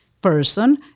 person